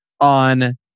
on